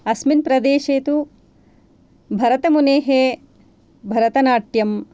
अस्मिन् प्रदेशे तु भरतमुनेः भरतनाट्यं